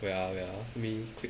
wait ah wait ah let me click